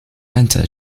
enter